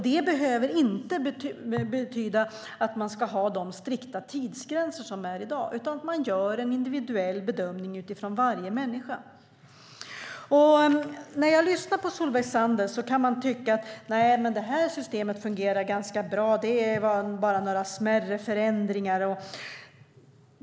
Det behöver inte betyda att man ska ha de strikta tidsgränser som finns i dag, utan att man gör en individuell bedömning utifrån varje människa. Om man lyssnar på Solveig Zander kan man tycka att det här systemet fungerar ganska bra och att det bara handlar om några smärre förändringar.